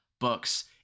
books